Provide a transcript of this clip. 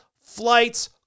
flights